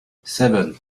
seven